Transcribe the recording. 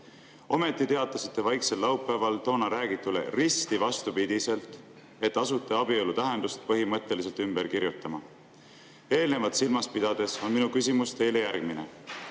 Ometi teatasite vaiksel laupäeval toona räägitule risti vastupidi, et asute abielu tähendust põhimõtteliselt ümber kirjutama. Eelnevat silmas pidades on minu küsimus teile järgmine.